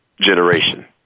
generation